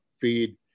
feed